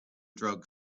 drug